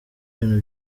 ibintu